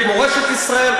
את מורשת ישראל,